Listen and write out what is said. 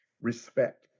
respect